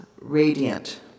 radiant